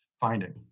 finding